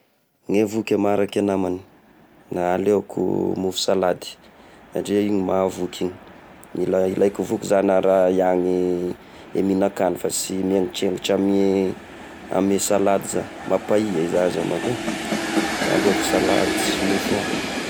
Ny voky eh maharaky e namagny, na aleoko mofo salady satria iny mahavoky igny, ila- ilaiko voky zagny aho raha iahy ny mihignakany fa sy miengitrengitra amy amy salady zah, mampahy izy aza manko eh, da aleoko salady sy mofo eo.